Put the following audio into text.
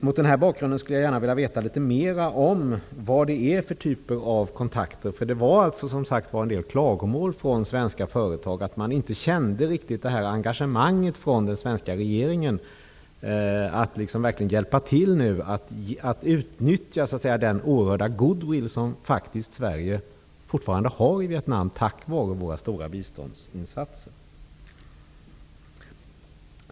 Mot denna bakgrund skulle jag gärna vilja veta litet mer om vilken typ av kontakter det gäller. Det kom som sagt en del klagomål från svenska företag om att de inte känner något engagemang från den svenska regeringen när det gäller att hjälpa till att utnyttja den oerhörda goodwill som Sverige faktiskt möter i Vietnam tack vare våra stora biståndsinsatser.